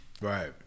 right